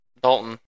Dalton